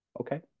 okay